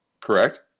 Correct